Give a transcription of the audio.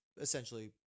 essentially